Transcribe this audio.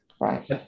Right